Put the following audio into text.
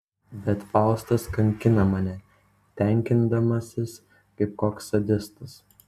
bet faustas kankina mane tenkindamasis kaip koks sadistas